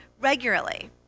regularly